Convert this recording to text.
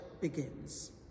begins